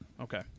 Okay